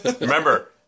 Remember